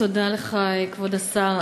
תודה לך, כבוד השר.